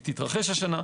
היא תתרחש השנה.